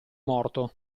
morto